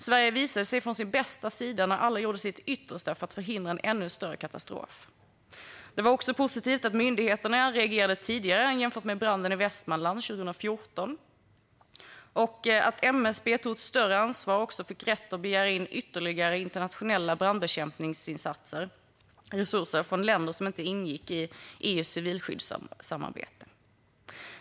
Sverige visade sig från sin bästa sida när alla gjorde sitt yttersta för att förhindra en ännu större katastrof. Det var också positivt att myndigheterna reagerade tidigare än vid branden i Västmanland 2014 liksom att MSB tog ett större ansvar och också fick rätt att begära in ytterligare internationella brandbekämpningsresurser från länder som inte ingår i EU:s civilskyddssamarbete.